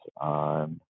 on